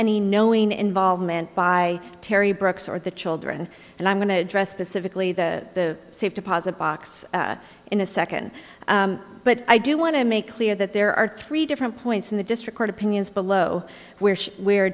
any knowing involvement by terry brooks or the children and i'm going to address specifically the safe deposit box in a second but i do want to make clear that there are three different points in the district court opinions below where she